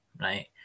right